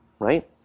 right